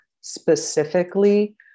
specifically